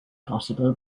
possible